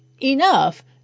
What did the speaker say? enough